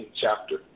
chapter